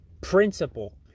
principle